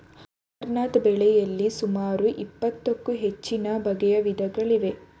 amaranth ಬೆಳೆಯಲಿ ಸುಮಾರು ಇಪ್ಪತ್ತಕ್ಕೂ ಹೆಚ್ಚುನ ಬಗೆಯ ವಿಧಗಳಿವೆ